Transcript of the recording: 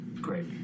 great